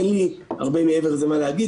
אין לי הרבה מעבר לזה מה להגיד.